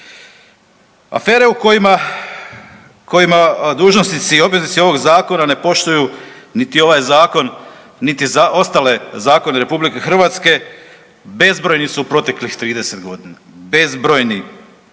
Afere u kojima dužnosnici i obveznici ovog Zakona ne poštuju niti ovaj Zakon niti ostale zakone RH bezbrojni su u proteklih 30 godina. Bezbrojni.